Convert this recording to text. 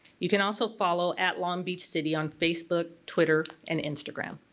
you can also follow at longbeachcity on facebook, twitter, and instagram.